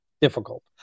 difficult